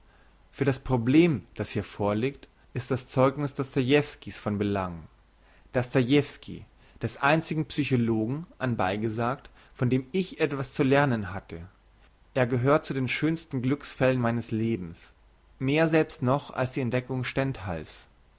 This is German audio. für das problem das hier vorliegt ist das zeugniss dostoiewsky's von belang dostoiewsky's des einzigen psychologen anbei gesagt von dem ich etwas zu lernen hatte er gehört zu den schönsten glücksfällen meines lebens mehr selbst noch als die entdeckung